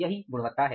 यही गुणवत्ता है